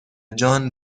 جان